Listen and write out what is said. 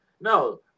No